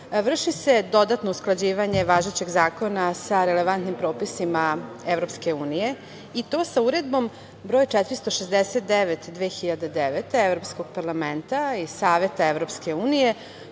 vrši se dodatno usklađivanje važećeg zakona sa relevantnim propisima EU i to sa Uredbom broj 469/2009 Evropskog parlamenta i Saveta EU,